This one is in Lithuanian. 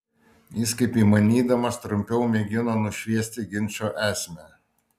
jis kaip įmanydamas trumpiau mėgino nušviesti ginčo esmę